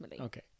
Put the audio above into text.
Okay